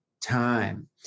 time